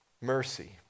Mercy